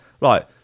Right